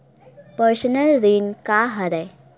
Personal ऋण का हरय?